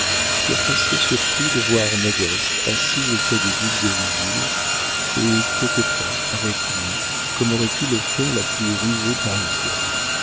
furent assez surpris de voir modeste assise auprès du duc d'hérouville et coquetant avec lui comme aurait pu le faire la plus rusée parisienne